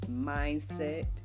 mindset